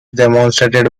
demonstrated